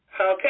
Okay